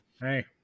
Hey